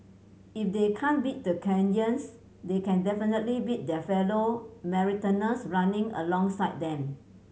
if they can't beat the Kenyans they can definitely beat their fellow marathoners running alongside them